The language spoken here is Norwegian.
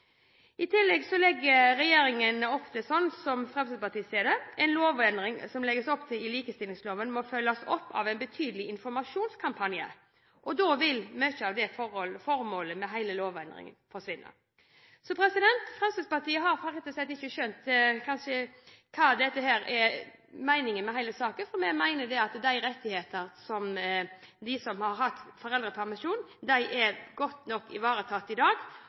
må følges opp av en betydelig informasjonskampanje. Da vil mye av formålet med hele lovendringen forsvinne. Fremskrittspartiet har rett og slett ikke skjønt meningen med hele saken. Vi mener at rettighetene til dem som har hatt foreldrepermisjon, er godt nok ivaretatt i dag,